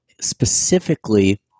specifically